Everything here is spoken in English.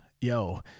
yo